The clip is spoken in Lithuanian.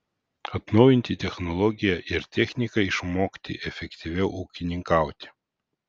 atnaujinti technologiją ir techniką išmokti efektyviau ūkininkauti